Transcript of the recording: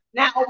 now